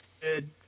good